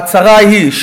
ההצהרה היא,